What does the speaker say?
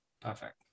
Perfect